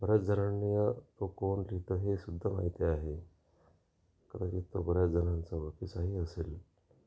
बऱ्याच जणांनी तो कोण लिहितं हे सुद्धा माहिती आहे कदाचित तो बऱ्याचजणांचा ओळखीचाही असेल